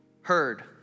Heard